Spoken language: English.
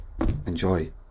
enjoy